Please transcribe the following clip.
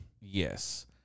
Yes